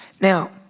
Now